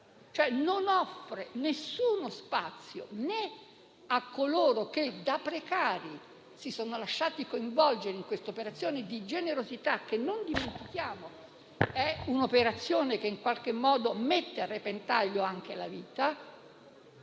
non offre alcuno spazio a coloro che da precari si sono lasciati coinvolgere in questa operazione di generosità, che - non dimentichiamolo - in qualche modo mette a repentaglio anche la vita